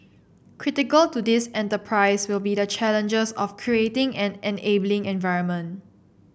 critical to this enterprise will be the challenges of creating an enabling environment